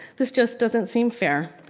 this just doesn't seem fair.